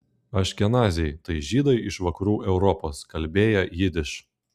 aškenaziai tai žydai iš vakarų europos kalbėję jidiš